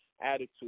attitude